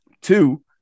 Two